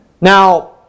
Now